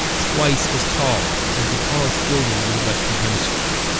twice as tall as the tallest building in the western hemisphere,